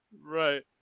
Right